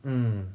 mm